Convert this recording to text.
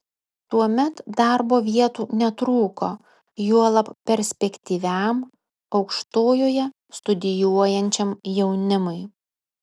tuomet darbo vietų netrūko juolab perspektyviam aukštojoje studijuojančiam jaunimui